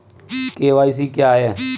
KYC क्या है?